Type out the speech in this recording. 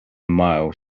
mile